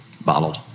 bottled